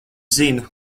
zinu